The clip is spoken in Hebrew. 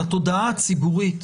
לתודעה הציבורית